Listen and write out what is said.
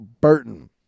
Burton